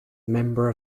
member